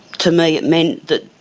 to me it meant that